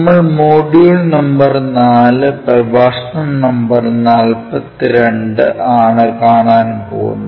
നമ്മൾ module number 4 പ്രഭാഷണ number 42 ആണ് കാണാൻ പോകുന്നത്